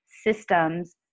systems